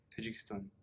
Tajikistan